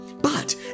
But